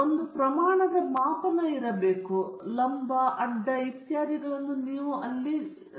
ಈಗ ನಮಗೆ ಒಂದು ಪ್ರಮಾಣದ ಮಾಪನ ಇದೆ ಏಕೆಂದರೆ ನೀವು ಇಲ್ಲಿ ಬಹಳಷ್ಟು ಜನರನ್ನು ನೋಡುವಿರಿ ಇಲ್ಲಿ ಬಹಳಷ್ಟು ಜನರಿದ್ದಾರೆ